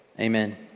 Amen